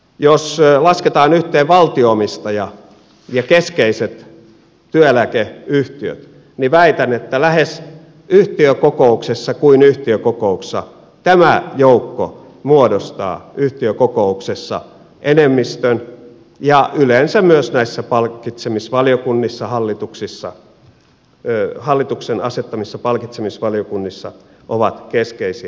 jos lasketaan yhteen valtio omistaja ja keskeiset työeläkeyhtiöt niin väitän että lähes yhtiökokouksessa kuin yhtiökokouksessa tämä joukko muodostaa enemmistön ja yleensä myös näissä palkitsemisvaliokunnissa hallituksen asettamissa palkitsemisvaliokunnissa he ovat keskeisiä vaikuttajia